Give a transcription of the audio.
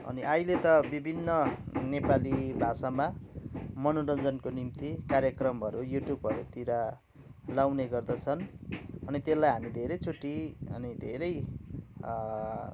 अनि अहिले त बिभिन्न नेपाली भाषामा मनोरञ्जनको निम्ति कार्यक्रमहरू युटुबहरूतिर लगाउने गर्दछन् अनि त्यसलाई हामी धेरैचोटी अनि धेरै